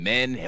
Men